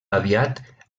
aviat